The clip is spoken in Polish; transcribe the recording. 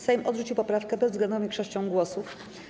Sejm odrzucił poprawkę bezwzględną większością głosów.